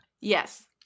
Yes